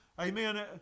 amen